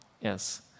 Yes